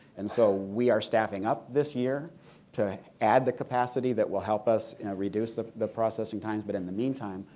and so we are staffing up this year to add the capacity that will help us reduce the the processing time but in the meantime,